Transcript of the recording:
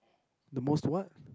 the most what